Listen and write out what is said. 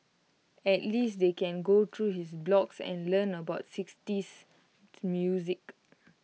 at least they can go through his blogs and learn about sixties music